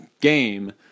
game